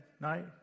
night